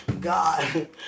God